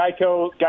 Geico